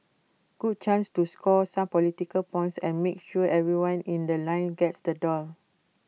good chance to score some political points and make sure everyone in The Line gets the doll